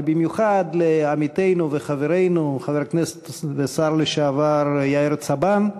אבל במיוחד לעמיתנו וחברנו חבר הכנסת והשר לשעבר יאיר צבן,